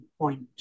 point